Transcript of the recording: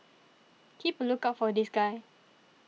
keep a lookout for this guy